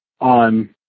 on